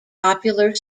popular